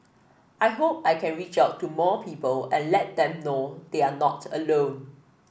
I hope I can reach out to more people and let them know they're not alone